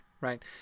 right